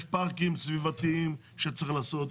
יש פארקים סביבתיים שצריך לעשות,